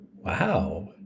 Wow